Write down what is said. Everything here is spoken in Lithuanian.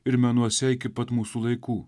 ir menuose iki pat mūsų laikų